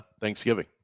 Thanksgiving